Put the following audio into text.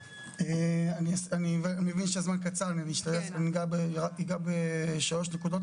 אני מבין שהזמן קצר, אני רק אגע בשלוש נקודות.